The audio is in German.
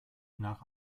nach